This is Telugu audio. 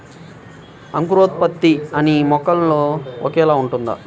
అంకురోత్పత్తి అన్నీ మొక్కల్లో ఒకేలా ఉంటుందా?